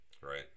Right